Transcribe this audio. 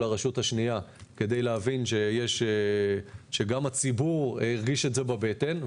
לרשות השנייה כדי להבין שגם הציבור הרגיש את זה בבטן.